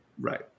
Right